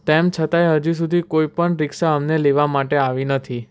તેમ છતાંય હજી સુધી કોઈપણ રિક્ષા અમને લેવા માટે આવી નથી